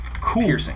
Cool